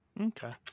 Okay